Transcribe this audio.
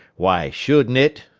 why shouldn't it?